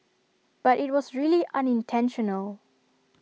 but IT was really unintentional